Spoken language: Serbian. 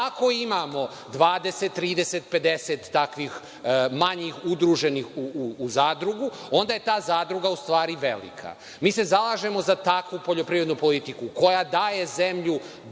ako imamo 20, 30, 50 takvih manjih udruženih u zadrugu onda je ta zadruga u stvari velika. Mi se zalažemo za takvu poljoprivrednu politiku koja daje zemlju